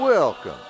Welcome